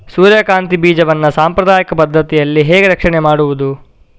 ಸೂರ್ಯಕಾಂತಿ ಬೀಜವನ್ನ ಸಾಂಪ್ರದಾಯಿಕ ಪದ್ಧತಿಯಲ್ಲಿ ಹೇಗೆ ರಕ್ಷಣೆ ಮಾಡುವುದು